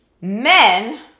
men